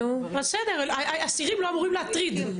נו בסדר, אסירים לא אמורים להטריד.